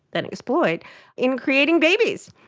then exploit in creating babies.